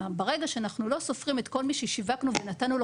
ברגע שאנחנו לא סופרים את כל מי ששיווקנו ונתנו לו